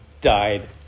died